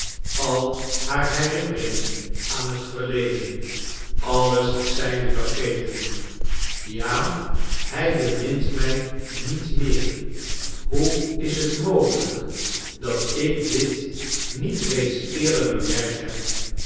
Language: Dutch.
al haar herinneringen aan het verleden alles had zij nu vergeten ja hij bemint mij niet meer hoe is het mogelijk dat ik dit niet reeds eerder bemerkt heb